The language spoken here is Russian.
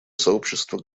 сообщество